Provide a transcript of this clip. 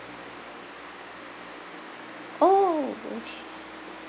oh okay